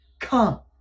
come